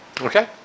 Okay